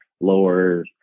lower